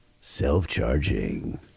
Self-charging